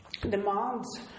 demands